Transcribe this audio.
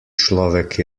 človek